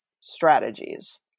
strategies